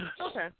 Okay